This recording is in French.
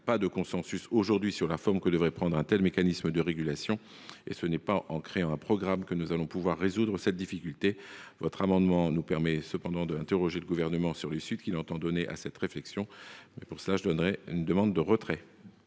pas de consensus aujourd’hui sur la forme que devrait prendre un tel mécanisme de régulation, et ce n’est pas en créant un programme que nous pourrons résoudre cette difficulté. Votre proposition nous permet cependant d’interroger le Gouvernement sur les suites qu’il entend donner à cette réflexion. En conséquence, je sollicite le retrait